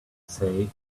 say